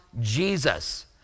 Jesus